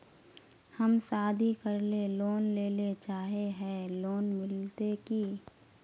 हम शादी करले लोन लेले चाहे है लोन मिलते की?